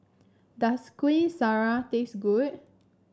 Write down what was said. does Kueh Syara taste good